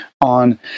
on